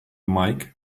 mike